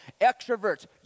Extroverts